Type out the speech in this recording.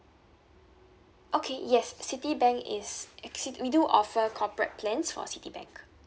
okay yes citibank yes actually we do offer corporate plans for citibank